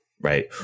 right